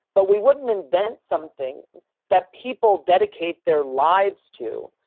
but we wouldn't invent something that people dedicate their lives to,